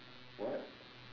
what